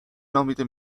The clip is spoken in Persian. نامیده